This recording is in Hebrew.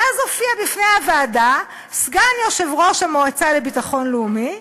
ואז הופיע בפני הוועדה סגן יושב-ראש המועצה לביטחון לאומי,